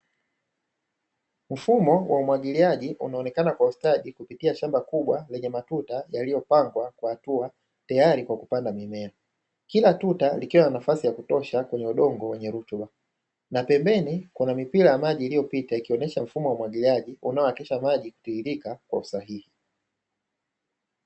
Mfumo wa umwagiliaji umeonekana kwa ustadi kupitia shamba kubwa lenye matunda yaliyopangwa kwa ukiwa tayari kwa kupanda mimea. Kila tuuta likiwa na nafasi ya kutosha kwenye udongo wenye rutuba. Na pembeni kuna mipira ya maji iliyopita ikionyesha mfumo wa umwagiliaji unaohakikisha maji kutilirika kwa usahihi.